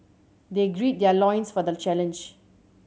they grid their loins for the challenge